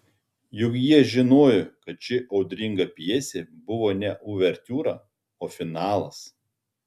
juk jie žinojo kad ši audringa pjesė buvo ne uvertiūra o finalas